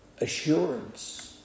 Assurance